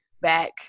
back